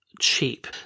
cheap